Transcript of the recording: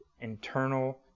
internal